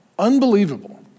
unbelievable